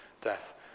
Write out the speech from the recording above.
death